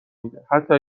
میده، حتا